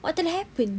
what telah happen